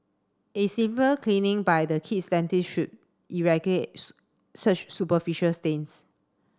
a simple cleaning by the kid's dentist should such superficial stains